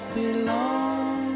belong